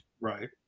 Right